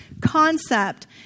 concept